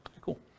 Cool